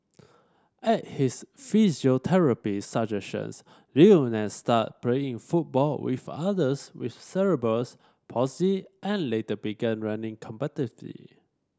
at his physiotherapist suggestions Lionel start playing football with others with cerebrals palsy and later began running competitively